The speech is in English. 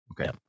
okay